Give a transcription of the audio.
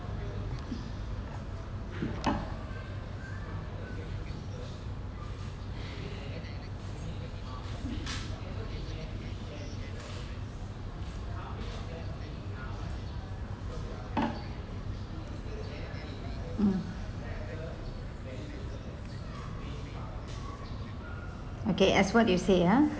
okay as what you say ah